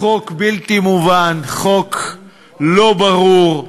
חוק בלתי מובן, חוק לא ברור.